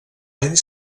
any